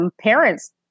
parents